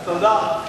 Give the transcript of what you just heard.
תודה.